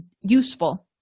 useful